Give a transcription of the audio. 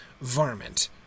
varmint